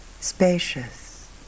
spacious